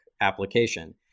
application